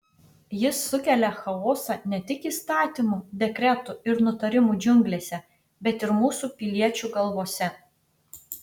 jis sukelia chaosą ne tik įstatymų dekretų ir nutarimų džiunglėse bet ir mūsų piliečių galvose